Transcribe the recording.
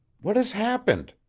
what has happened?